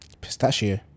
Pistachio